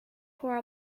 for